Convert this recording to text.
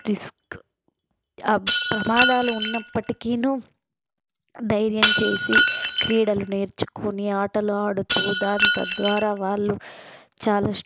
risk అబ్ ప్రమాదాలు ఉన్నప్పటికీ ధైర్యం చేసి క్రీడలు నేర్చుకుని ఆటలు ఆడుతూ దాన్ తద్వారా వాళ్ళు చాలా